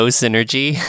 synergy